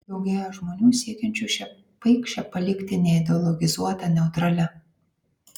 daugėja žmonių siekiančių šią paikšę palikti neideologizuota neutralia